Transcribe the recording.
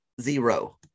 zero